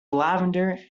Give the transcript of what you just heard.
lavender